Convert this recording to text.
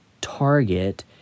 target